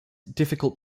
difficult